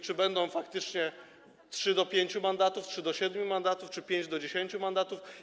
Czy będzie faktycznie trzy do pięciu mandatów, trzy do siedmiu mandatów, czy pięć do dziesięciu mandatów?